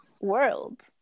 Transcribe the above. World